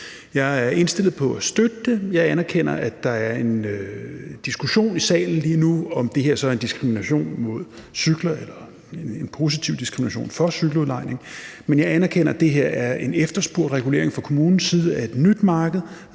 Jeg er indstillet på at støtte det. Jeg anerkender, at der er en diskussion i salen lige nu om, om det her så er en positiv diskrimination for cykeludlejning. Men jeg anerkender, at det her er en efterspurgt regulering fra kommunernes side af et nyt marked,